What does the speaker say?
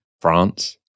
France